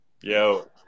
Yo